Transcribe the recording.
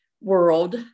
world